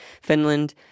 Finland